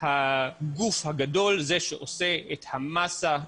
הגוף הגדול, זה שעושה את המסה,